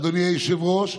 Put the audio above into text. אדוני היושב-ראש,